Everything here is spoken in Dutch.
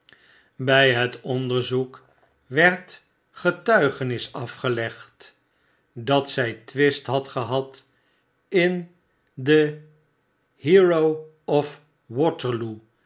by het onderzoek werd getuigenis afgelegd dat zy twist had gehad in den hero